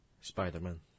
Spider-Man